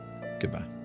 Goodbye